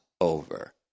over